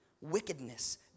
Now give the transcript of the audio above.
wickedness